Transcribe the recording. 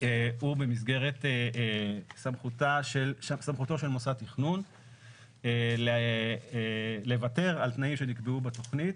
הוא במסגרת סמכותו של מוסד תכנון לוותר על תנאים שנקבעו בתוכנית